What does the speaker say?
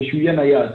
ושהוא יהיה נייד.